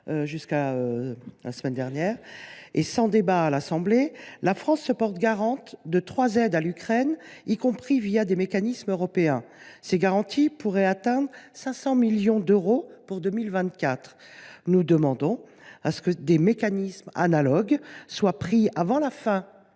examiné la semaine dernière, après un vote sans débat à l’Assemblée nationale, la France se porte garante de trois aides à l’Ukraine, y compris des mécanismes européens. Ces garanties pourraient atteindre 500 millions d’euros en 2024. Nous demandons que des mesures analogues soient prises, avant la fin